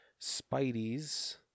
Spidey's